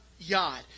yacht